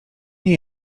nie